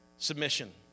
Submission